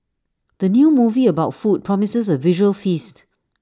the new movie about food promises A visual feast